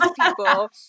people